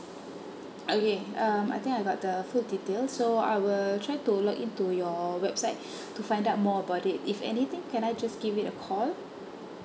okay um I think I got the full details so I will try to login to your website to find out more about it if anything can I just give it a call